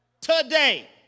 today